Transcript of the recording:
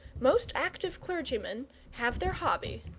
most active clergymen have their hobby,